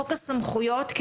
חוק הסמכויות,